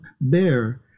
bear